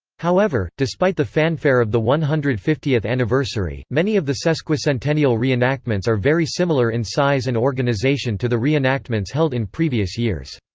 however, despite the fanfare of the one hundred and fiftieth anniversary, many of the sesquicentennial reenactments are very similar in size and organization to the reenactments held in previous years.